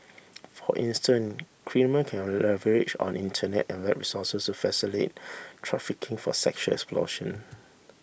for instance criminal can leverage on Internet and web resources to facilitate trafficking for sexual exploitation